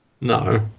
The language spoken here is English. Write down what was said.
No